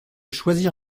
choisir